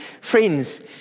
Friends